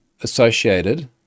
associated